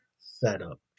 setup